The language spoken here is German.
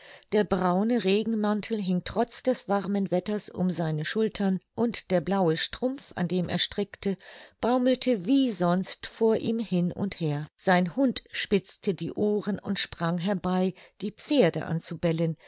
der braune regenmantel hing trotz des warmen wetters um seine schultern und der blaue strumpf an dem er strickte baumelte wie sonst vor ihm hin und her sein hund spitzte die ohren und sprang herbei die pferde anzubellen